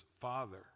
Father